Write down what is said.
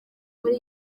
muri